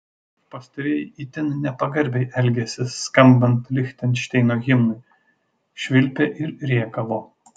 pastarieji itin nepagarbiai elgėsi skambant lichtenšteino himnui švilpė ir rėkavo